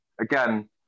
again